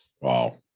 Wow